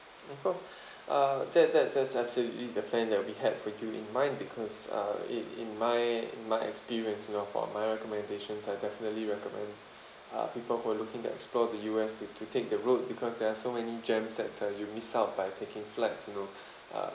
we hope uh that that that's absolutely the plan that we have for you in mind because uh in in my in my experience you know for my recommendations I definitely recommend uh people who are looking to explore the U_S you have to take the road because there are so many gems that uh you miss out by taking flights you know uh